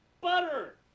butter